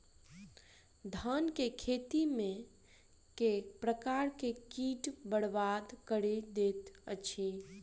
धान केँ खेती मे केँ प्रकार केँ कीट बरबाद कड़ी दैत अछि?